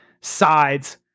sides